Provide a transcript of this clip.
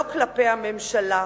לא כלפי הממשלה,